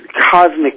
cosmic